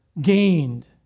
gained